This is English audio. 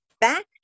back